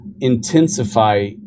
intensify